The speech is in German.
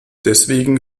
deswegen